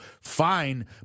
fine